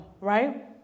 right